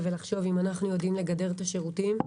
ונחשוב אם אנחנו יודעים לגדר את השירותים.